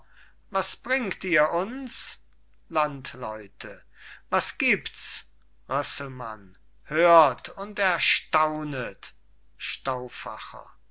was bringt ihr uns landleute was gibt's rösselmann hört und erstaunet